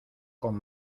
con